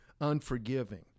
unforgiving